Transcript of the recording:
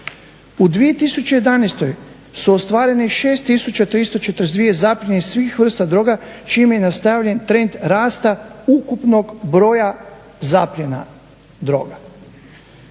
U 2011. su ostvareni 6342 zapljene svih vrsta droga čime je nastavljen trend rasta ukupnog broja zapljena droga.